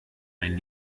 mein